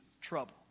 trouble